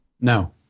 No